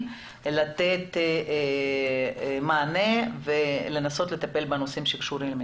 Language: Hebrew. לתת מענה ולנסות לטפל בנושאים שקשורים לזה.